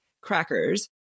crackers